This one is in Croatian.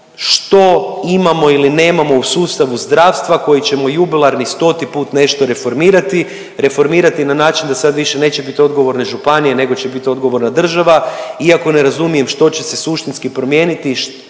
što imamo ili nemamo u sustavu zdravstva koji ćemo jubilarni 100-ti put nešto reformirati. Reformirati na način da sad više neće bit odgovorne županije nego će bit odgovorna država iako ne razumijem što će se suštinski promijeniti